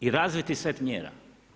I razviti set mjera.